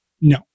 No